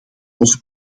onze